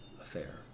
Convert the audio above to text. affair